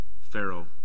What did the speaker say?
Pharaoh